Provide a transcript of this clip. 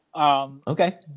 Okay